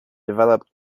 develop